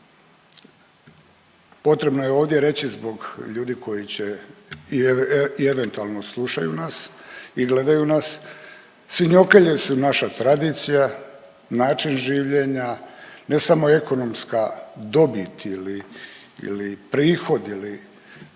Potrebno je ovdje reći zbog ljudi koji će i eventualno slušaju nas i gledaju nas, svinokolje su naša tradicija, način življenja, ne samo ekonomska dobit ili, ili prihod ili